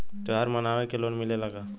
त्योहार मनावे के लोन मिलेला का?